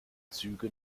züge